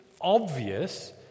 obvious